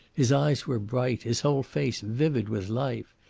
his eyes were bright, his whole face vivid with life.